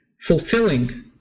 fulfilling